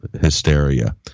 hysteria